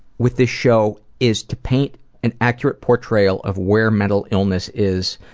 with this show is to paint an accurate portrayal of where mental illness is,